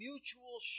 Mutual